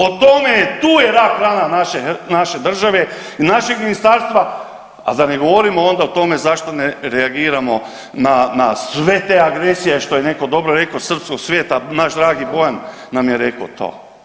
O tome je, tu je rak rana naše, naše države i našeg ministarstva, a da ne govorimo onda o tome zašto ne reagiramo na, na sve te agresije što je neko dobro rekao srpskog svijeta, naš dragi Bojan nam je rekao to.